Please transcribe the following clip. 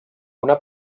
una